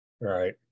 Right